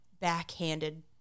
backhanded